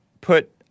put-